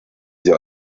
sie